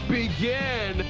begin